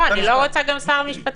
לא, אני לא רוצה גם שר המשפטים.